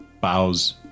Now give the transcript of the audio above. bows